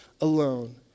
alone